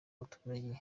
baturage